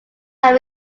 are